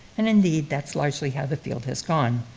and indeed, that's largely how the field has gone.